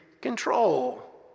control